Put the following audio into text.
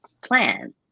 plan